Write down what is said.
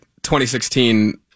2016